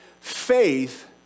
faith